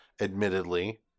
admittedly